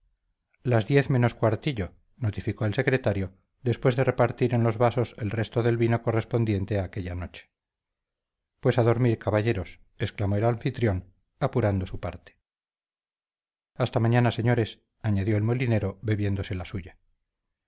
las diez menos cuartillo notificó el secretario después de repartir en los vasos el resto del vino correspondiente a aquella noche pues a dormir caballeros exclamó el anfitrión apurando su parte hasta mañana señores añadió el molinero bebiéndose la suya